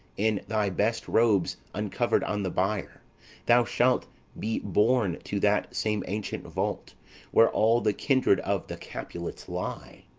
in thy best robes uncovered on the bier thou shalt be borne to that same ancient vault where all the kindred of the capulets lie.